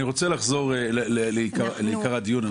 אני רוצה לחזור לעיקר הדיון.